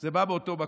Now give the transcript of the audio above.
זה בא מאותו מקום.